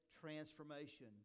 transformation